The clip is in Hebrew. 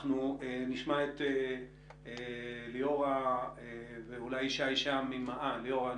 אנחנו נשמע את ליאורה ואולי ישי שם ליאורה,